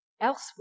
elsewhere